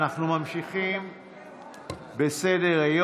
אנחנו ממשיכים בסדר-היום,